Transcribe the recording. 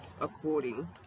according